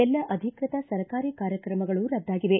ಎಲ್ಲ ಅಧಿಕೃತ ಸರ್ಕಾರಿ ಕಾರ್ಯಕ್ರಮಗಳು ರದ್ಗಾಗಿವೆ